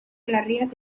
larriak